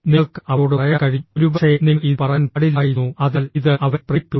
നിങ്ങൾക്ക് അവരോട് പറയാൻ കഴിയും ഒരുപക്ഷേ നിങ്ങൾ ഇത് പറയാൻ പാടില്ലായിരുന്നു അതിനാൽ ഇത് അവനെ പ്രേരിപ്പിച്ചു